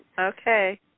Okay